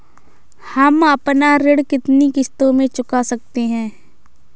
हम अपना ऋण कितनी किश्तों में चुका सकते हैं?